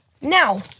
Now